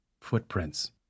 Footprints